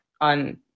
on